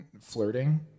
flirting